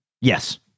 Yes